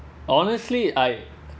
honestly I